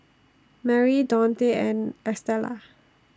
Merri Daunte and Estella